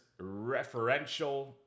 referential